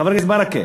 חבר הכנסת ברכה,